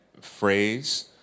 phrase